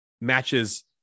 matches